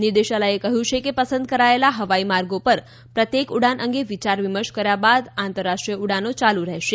નિર્દેશાલયે કહ્યું છે કે પસંદ કરાયેલા હવાઈ માર્ગો પર પ્રત્યેક ઉડાન અંગે વિયાર વિમર્શ કર્યા બાદ આંતરરાષ્ટ્રીય ઉડાનો યાલુ રહેશે